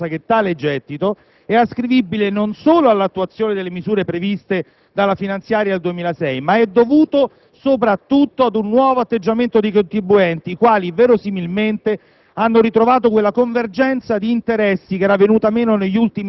Ilfattore positivo rispetto al passato risiede proprio nella circostanza che tale gettito è ascrivibile non solo all'attuazione delle misure previste dalla finanziaria 2006, ma è dovuto soprattutto ad un nuovo atteggiamento dei contribuenti i quali, verosimilmente,